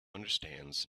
understands